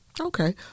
Okay